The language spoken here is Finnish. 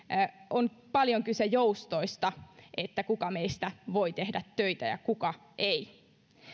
on paljon kyse joustoista siinä kuka meistä voi tehdä töitä ja kuka ei